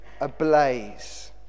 ablaze